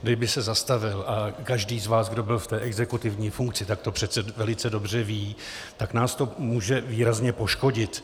Kdyby se zastavil, a každý z vás, kdo byl v exekutivní funkci, to přece velice dobře ví, tak nás to může výrazně poškodit.